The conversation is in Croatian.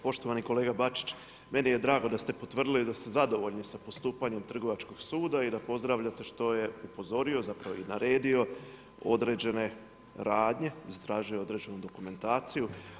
Poštovani kolega Bačić, meni je drago da ste potvrdili da ste zadovoljni sa postupanjem Trgovačkog suda i da pozdravljate što je upozorio, zapravo i naredio određene radnje, zatražio određenu dokumentaciju.